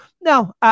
no